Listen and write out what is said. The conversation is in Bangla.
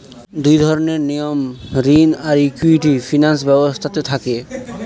দুই ধরনের নিয়ম ঋণ আর ইকুইটি ফিনান্স ব্যবস্থাতে থাকে